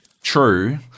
True